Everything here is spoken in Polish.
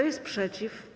jest przeciw?